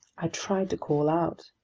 i tried to call out.